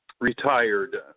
retired